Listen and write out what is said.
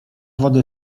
wodę